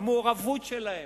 המעורבות שלהם,